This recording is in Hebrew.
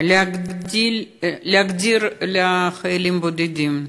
להקדיש לחיילים הבודדים.